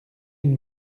une